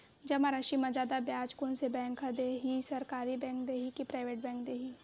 जमा राशि म जादा ब्याज कोन से बैंक ह दे ही, सरकारी बैंक दे हि कि प्राइवेट बैंक देहि?